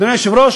אדוני היושב-ראש,